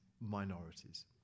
minorities